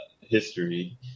history